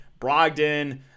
Brogdon